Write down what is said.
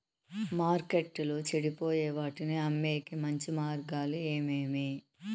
మార్కెట్టులో చెడిపోయే వాటిని అమ్మేకి మంచి మార్గాలు ఏమేమి